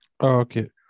Okay